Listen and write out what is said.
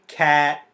cat